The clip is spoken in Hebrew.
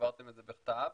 העברתם בכתב,